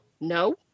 No